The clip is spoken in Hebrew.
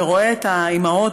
ורואה את האימהות,